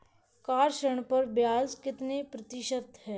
Car ऋण पर ब्याज कितने प्रतिशत है?